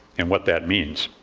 and what that means.